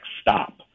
stop